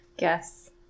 Yes